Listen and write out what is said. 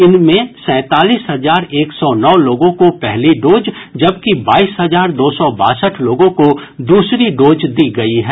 इनमें सैंतालीस हजार एक सौ नौ लोगों को पहली डोज जबकि बाईस हजार दो सौ बासठ लोगों को द्रसरी डोज दी गयी है